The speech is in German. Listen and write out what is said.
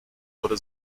wurde